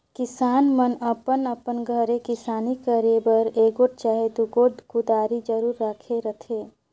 किसान मन अपन अपन घरे किसानी करे बर एगोट चहे दुगोट कुदारी जरूर राखे रहथे